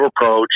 approach